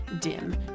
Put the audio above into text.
dim